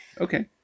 Okay